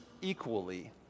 equally